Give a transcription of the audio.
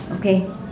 okay